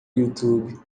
youtube